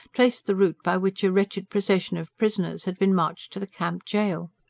traced the route by which a wretched procession of prisoners had been marched to the camp gaol.